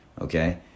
okay